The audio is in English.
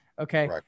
Okay